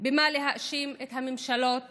במה להאשים את הממשלות